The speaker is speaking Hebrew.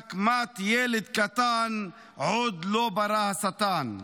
ואלו המילים: "נִקמת דם ילד קטן / עוד לֹא-ברא השטן,